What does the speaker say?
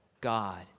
God